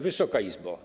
Wysoka Izbo!